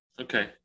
Okay